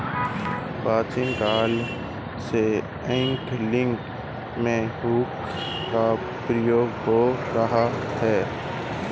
प्राचीन काल से एंगलिंग में हुक का प्रयोग हो रहा है